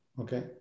okay